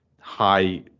high